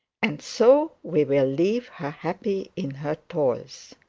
and so we will leave her happy in her toils.